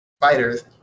fighters